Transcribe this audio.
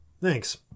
thanks